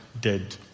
dead